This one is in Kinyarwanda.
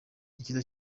icyiza